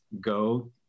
go